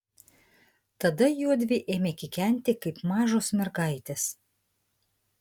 tada juodvi ėmė kikenti kaip mažos mergaitės